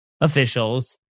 officials